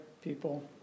People